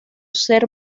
ser